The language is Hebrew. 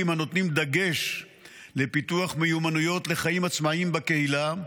הנותנים דגש על פיתוח מיומנויות לחיים עצמאיים בקהילה,